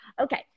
Okay